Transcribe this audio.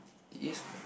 it is what